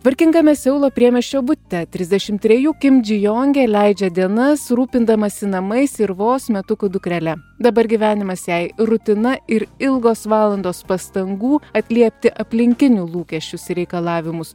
vargingame seulo priemiesčio bute trisdešim trejų kimdžiujongė leidžia dienas rūpindamasi namais ir vos metukų dukrele dabar gyvenimas jai rutina ir ilgos valandos pastangų atliepti aplinkinių lūkesčius ir reikalavimus